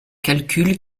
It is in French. calcul